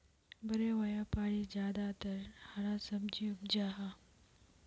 बड़े व्यापारी ज्यादातर हरा सब्जी उपजाहा